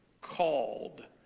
called